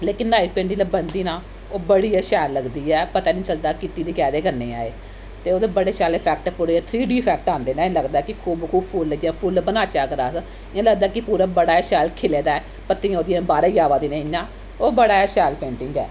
लेकन knife painting जिल्लै बनदी ना ओह् बड़ी गै शैल लगदी ऐ पता नेईं चलदा कीती दी कैह्दे कन्नै ऐ एह् ते ओह्दे बड़े शैल अफैकट थोह्ड़े जेह् थ्री डी अफैक्ट औंदे न इ'यां लगदा कि हूब्हू फुल्ल फुल्ल बनाचै अगर अस इ'यां लगदा कि पूरा बड़ा गै शैल खिले दा ऐ पत्तियां ओह्दियां बाह्रे गी आवा दियां न इ'यां ओह बड़ा ही शैल पेंटिंग ऐ